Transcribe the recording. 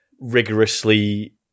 rigorously